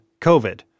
COVID